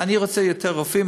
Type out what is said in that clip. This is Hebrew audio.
אני רוצה יותר רופאים.